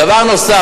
דבר נוסף,